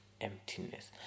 emptiness